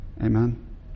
Amen